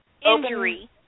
Injury